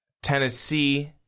Tennessee